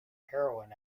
heroin